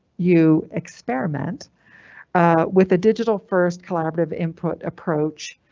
you experiment with a digital first collaborative input approach